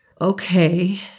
Okay